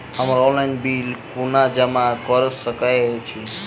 हम्मर online bill कोना जमा कऽ सकय छी?